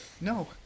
No